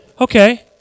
okay